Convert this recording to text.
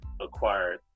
acquired